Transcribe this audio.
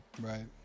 right